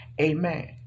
Amen